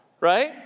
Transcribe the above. right